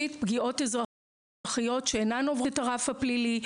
חמישית פגיעות אזרחיות שאינן עוברות את הרף הפלילי,